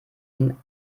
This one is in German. ihn